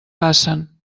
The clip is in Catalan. passen